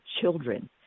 children